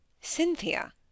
Cynthia